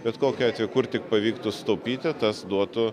bet kokiu atveju kur tik pavyktų sutaupyti tas duotų